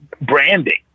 branding